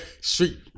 street